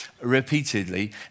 repeatedly